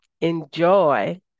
enjoy